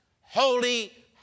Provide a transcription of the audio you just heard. holy